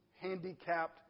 handicapped